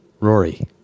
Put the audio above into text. Rory